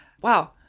Wow